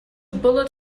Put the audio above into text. bullet